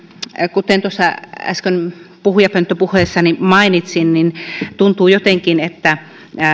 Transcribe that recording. kuten tuossa äsken puhujapönttöpuheessani mainitsin tuntuu jotenkin että